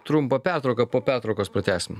trumpą pertrauką po pertraukos pratęsim